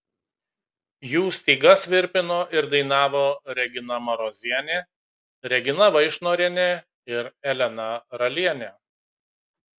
jų stygas virpino ir dainavo regina marozienė regina vaišnorienė ir elena ralienė